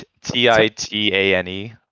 T-I-T-A-N-E